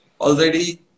Already